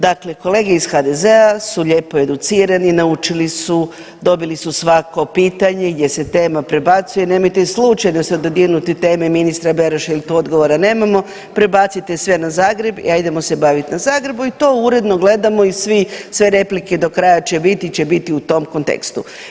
Dakle, kolege iz HDZ-a su lijepo educirani, naučili su, dobili su svako pitanje gdje se tema prebacuje, nemojte slučajno se dodirnuti teme ministra Beroša jel tu odgovora nemamo, prebacite sve na Zagreb i ajdemo se baviti na Zagrebu i to uredno gledamo i svi, sve replike do kraja će biti će biti u tom kontekstu.